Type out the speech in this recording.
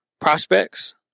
prospects